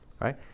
right